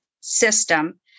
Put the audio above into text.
system